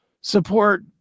support